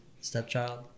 stepchild